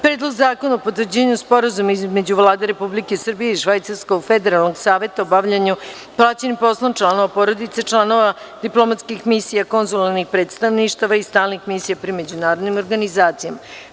Predlog zakona o potvrđivanju Sporazuma između Vlade Republike Srbije i Švajcarskog federalnog saveta o bavljenju plaćenim poslom članova porodice članova diplomatskih misija, konzularnih predstavništava i stalnih misija pri međunarodnim organizacijama; 21.